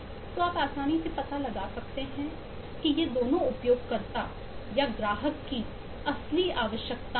तो आप आसानी से पता लगा सकते हैं कि ये दोनों उपयोगकर्ता या ग्राहक की असली आवश्यकताएं हैं